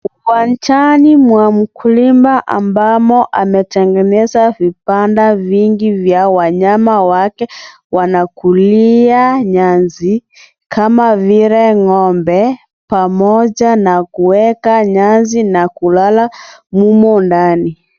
Uwanjani mwa mkulima ambamo ametengeneza vibanda vingi vya wanyama wake wanakulia nyasi kama vile ng'ombe pamoja na kuweka nyasi na kulala umo ndani.